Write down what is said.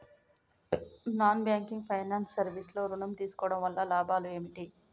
Non banking finance service లో ఋణం తీసుకోవడం వల్ల లాభాలు ఏమిటి?